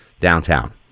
downtown